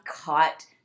caught